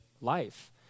life